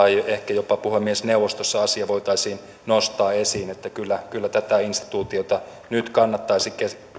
jopa puhemiesneuvostossa asia voitaisiin nostaa esiin kyllä tätä instituutiota nyt kannattaisi